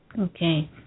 Okay